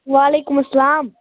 وعلیکُم اسلام